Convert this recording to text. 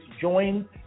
Join